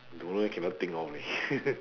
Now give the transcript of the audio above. don't know eh cannot think of leh